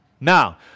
Now